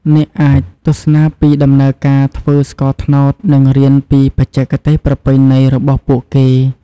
អ្នកអាចទស្សនាពីដំណើរការធ្វើស្ករត្នោតនិងរៀនពីបច្ចេកទេសប្រពៃណីរបស់ពួកគេ។